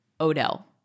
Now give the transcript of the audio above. Odell